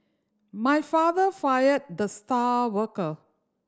my father fired the star worker